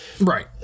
Right